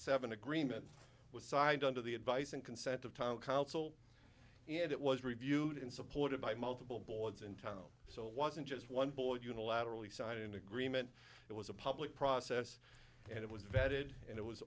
seven agreement was signed under the advice and consent of town council and it was reviewed and supported by multiple boards in town so it wasn't just one board unilaterally signing an agreement it was a public process and it was vetted and it was